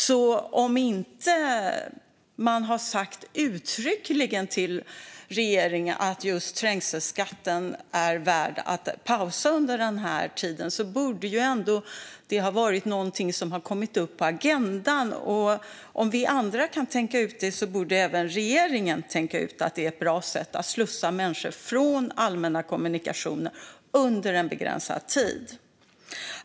Om man inte har sagt uttryckligen till regeringen att just trängselskatten är värd att pausa under den här tiden borde det i alla fall ha kommit upp på agendan. Och om vi andra kan tänka ut det borde även regeringen tänka ut att det är ett bra sätt att slussa människor från allmänna kommunikationsmedel under en begränsad tid.